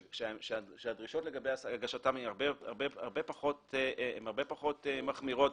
שהדרישות לגבי הגשתם הרבה פחות מחמירות